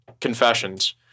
confessions